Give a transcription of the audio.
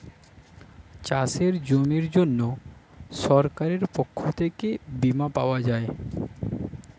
চাষের জমির জন্য সরকারের পক্ষ থেকে বীমা পাওয়া যায়